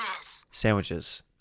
Sandwiches